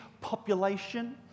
population